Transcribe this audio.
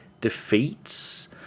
defeats